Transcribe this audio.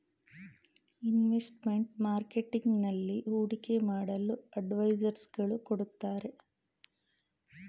investment marketing ನಲ್ಲಿ ಹೂಡಿಕೆ ಮಾಡಲು ಅಡ್ವೈಸರ್ಸ್ ಗಳು ಕೊಡುತ್ತಾರೆ